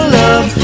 love